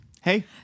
Hey